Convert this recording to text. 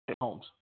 Holmes